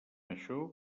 això